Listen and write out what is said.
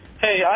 Hey